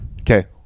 Okay